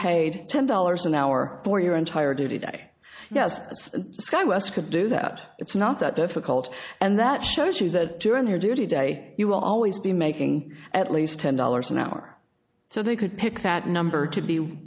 paid ten dollars an hour for your entire duty day yes scott yes could do that it's not that difficult and that shows you that during your duty day you will always be making at least ten dollars an hour so they could pick that number to be